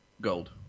gold